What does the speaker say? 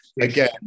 Again